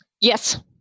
Yes